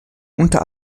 unter